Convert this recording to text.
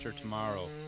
tomorrow